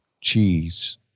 cheese